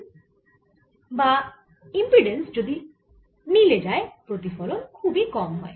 Iএই impedance যদি মিলে যায় প্রতিফলন খুব কম হয়